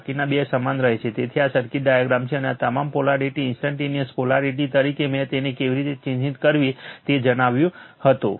બાકીના 2 સમાન રહે છે તેથી આ સર્કિટ ડાયાગ્રામ છે અને તમામ પોલારિટી ઇંસ્ટંટેનીઅસ પોલારિટી તરીકે મેં તેને કેવી રીતે ચિહ્નિત કરવી તે જણાવ્યું હતું